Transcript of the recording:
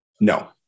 No